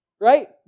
right